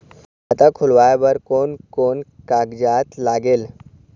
खाता खुलवाय बर कोन कोन कागजात लागेल?